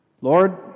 Lord